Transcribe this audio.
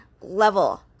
level